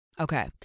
Okay